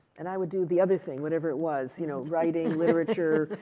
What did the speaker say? and i would do the other thing, whatever it was, you know, writing, literature,